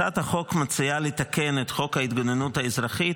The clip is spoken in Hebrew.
הצעת החוק מציעה לתקן את חוק ההתגוננות האזרחית